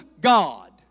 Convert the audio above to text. God